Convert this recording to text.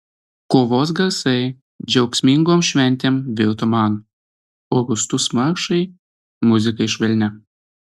kovos garsai džiaugsmingom šventėm virto man o rūstūs maršai muzika švelnia